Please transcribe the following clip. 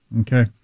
Okay